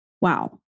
Wow